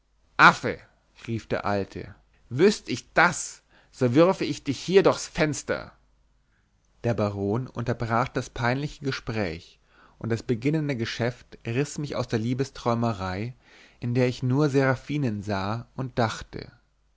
affe rief der alte wüßt ich das so würfe ich dich hier durchs fenster der baron unterbrach das peinliche gespräch und das beginnende geschäft riß mich auf aus der liebesträumerei in der ich nur seraphinen sah und dachte